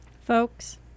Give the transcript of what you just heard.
Folks